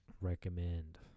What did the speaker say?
Recommend